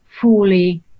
fully